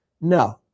No